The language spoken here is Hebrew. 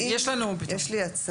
יש לי הצעה,